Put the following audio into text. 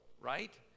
Right